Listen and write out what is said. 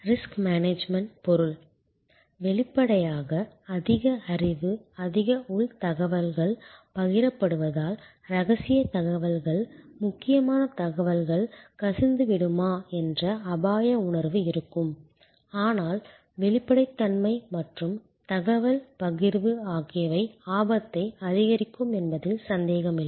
risk management பொருள் வெளிப்படையாக அதிக அறிவு அதிக உள் தகவல்கள் பகிரப்படுவதால் ரகசியத் தகவல்கள் முக்கியமான தகவல்கள் கசிந்துவிடுமா என்ற அபாய உணர்வு இருக்கும் ஆனால் வெளிப்படைத் தன்மை மற்றும் தகவல் பகிர்வு ஆகியவை ஆபத்தை அதிகரிக்கும் என்பதில் சந்தேகமில்லை